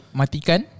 matikan